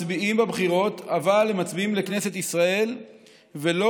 מצביעים בבחירות אבל הם מצביעים לכנסת ישראל ולא